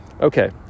Okay